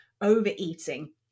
overeating